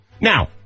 Now